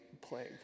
plague